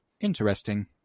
interesting